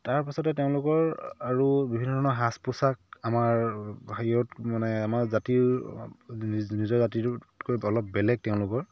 তাৰ পাছতে তেওঁলোকৰ আৰু বিভিন্ন ধৰণৰ সাজ পোচাক আমাৰ হেৰিয়ত মানে আমাৰ জাতিৰ নিজৰ জাতিটোতকৈ অলপ বেলেগ তেওঁলোকৰ